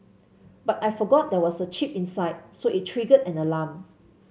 but I forgot there was a chip inside so it triggered an alarm